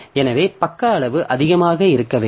எனவே பக்க அளவு அதிகமாக இருக்க வேண்டும்